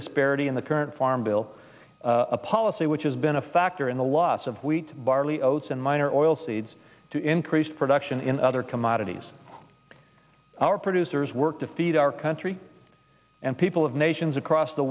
disparity in the current farm bill a policy which has been a factor in the loss of wheat barley oats and minor oilseeds to increased production in other commodities our producers work to feed our country and people of nations across the